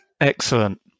Excellent